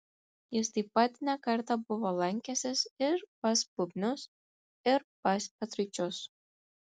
jis taip pat ne kartą buvo lankęsis ir pas bubnius ir pas petraičius